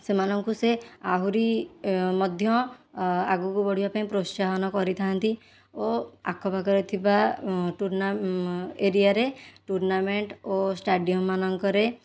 ସେମାନଙ୍କୁ ସେ ଆହୁରି ମଧ୍ୟ ଆଗକୁ ବଢ଼ିବା ପାଇଁ ପ୍ରୋତ୍ସାହନ କରିଥାନ୍ତି ଓ ଆଖପାଖରେ ଥିବା ଟୁର୍ଣ୍ଣା ଏରିଆରେ ଟୁର୍ଣ୍ଣାମେଣ୍ଟ ଓ ଷ୍ଟାଡ଼ିୟମ ମାନଙ୍କରେ